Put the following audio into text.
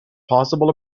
possible